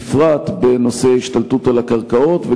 בפרט בנושא השתלטות על הקרקעות,